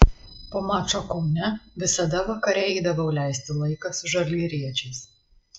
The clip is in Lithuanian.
po mačo kaune visada vakare eidavau leisti laiką su žalgiriečiais